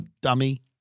dummy